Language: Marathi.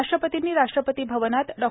राष्ट्रपतींनी राष्ट्रपती भवनात डॉ